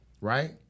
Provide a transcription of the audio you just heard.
Right